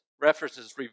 references